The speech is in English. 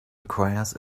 requires